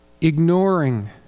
ignoring